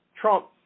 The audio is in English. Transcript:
Trump